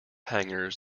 hangers